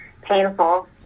painful